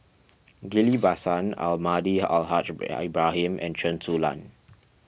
Ghillie Basan Almahdi Al Haj Ibrahim and Chen Su Lan